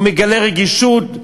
הוא מגלה רגישות,